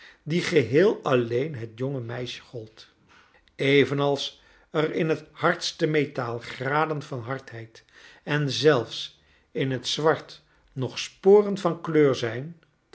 die geheel alleen het jonge meisje gold evenals er in het hardste metaal graden van hardheid en zelfs in het zwart nog sporen van kleur zijn